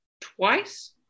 twice